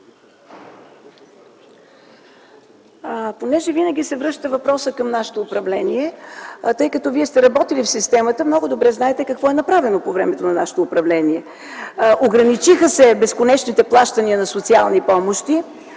винаги се връща към нашето управление, тъй като Вие сте работили в системата, много добре знаете какво е направено по време на нашето управление. От една страна, се ограничиха безконечните плащания на социални помощи,